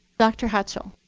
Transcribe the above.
dr. hatchell.